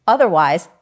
Otherwise